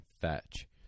fetch